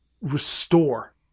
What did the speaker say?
restore